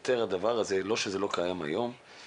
לא שזה לא קיים היום אבל